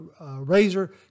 razor